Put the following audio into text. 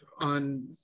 on